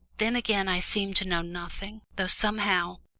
then again i seemed to know nothing, though somehow,